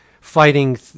fighting